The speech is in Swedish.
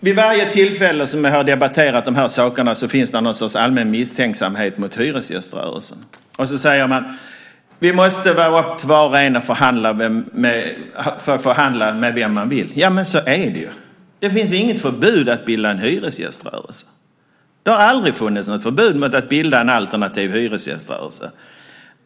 Vid varje tillfälle som vi har debatterat de här sakerna finns det någon sorts allmän misstänksamhet mot hyresgäströrelsen. Man säger: Det måste vara upp till var och en att förhandla med vem man vill. Men så är det ju! Det finns inget förbud att bilda en hyresgäströrelse. Det har aldrig funnits något förbud mot att bilda en alternativ hyresgäströrelse.